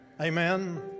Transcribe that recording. Amen